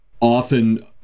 Often